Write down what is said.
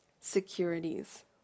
securities